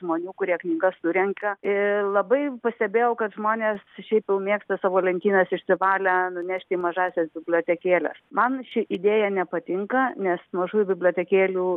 žmonių kurie knygas surenka ir labai pastebėjau kad žmonės šiaip jau mėgsta savo lentynas išsivalę nunešti į mažąsias bibliotekėles man ši idėja nepatinka nes mažųjų bibliotekėlių